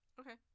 okay